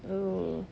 oh